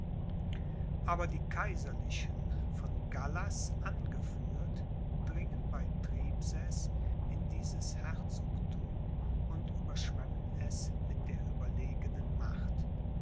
aber die kaiserlichen von gallas angeführt dringen bei tribsees in dieses herzogthum und überschwemmen es mit ihrer überlegenen macht